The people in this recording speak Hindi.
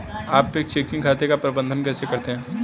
आप एक चेकिंग खाते का प्रबंधन कैसे करते हैं?